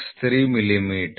00063 millimetre